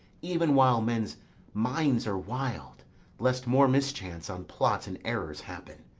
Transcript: even while men's minds are wild lest more mischance on plots and errors happen.